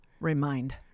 Remind